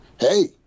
hey